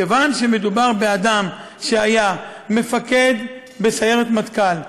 כיוון שמדובר באדם שהיה מפקד בסיירת מטכ"ל,